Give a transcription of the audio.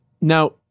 Now